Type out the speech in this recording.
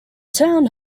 town